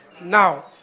Now